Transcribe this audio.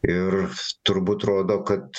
ir turbūt rodo kad